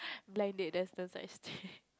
blind dates does